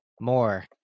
more